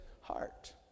heart